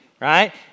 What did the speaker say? Right